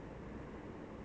oh gosh